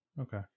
Okay